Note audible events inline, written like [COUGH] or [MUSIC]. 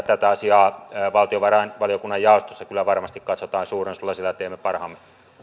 [UNINTELLIGIBLE] tätä asiaa valtiovarainvaliokunnan jaostossa kyllä varmasti katsotaan suurennuslasilla ja teemme parhaamme